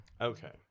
Okay